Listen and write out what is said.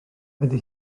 ydy